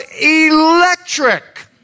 electric